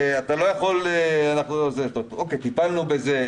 טיפלנו בזה,